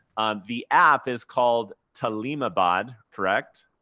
the app is called taleemabad, correct?